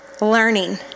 learning